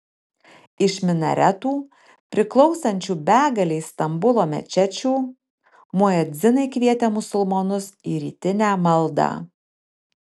iš minaretų priklausančių begalei stambulo mečečių muedzinai kvietė musulmonus į rytinę maldą